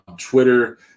Twitter